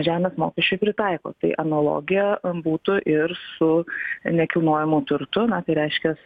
žemės mokesčio pritaiko tai analogija būtų ir su nekilnojamu turtu na tai reiškias